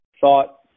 thought